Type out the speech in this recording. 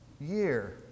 year